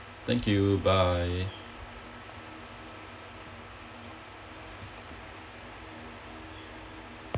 thank you bye